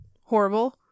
horrible